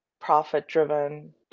profit-driven